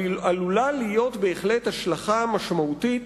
עלולה להיות בהחלט השלכה משמעותית